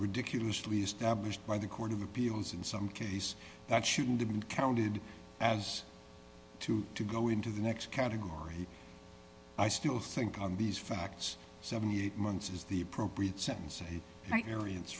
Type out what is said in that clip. ridiculously established by the court of appeals in some case that shouldn't have been counted as to to go into the next category i still think of these facts seventy eight months is the appropriate sentence